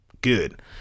Good